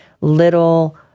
little